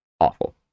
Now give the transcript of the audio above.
awful